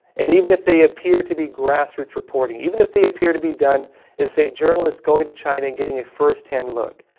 and even if they appear to be grassroots reporting even if they appear to be done by say journalists going to china and getting a first-hand look.